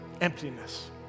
emptiness